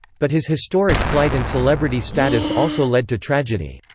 but his historic flight and celebrity status also led to tragedy.